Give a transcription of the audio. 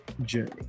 journey